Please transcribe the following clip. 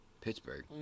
Pittsburgh